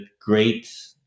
great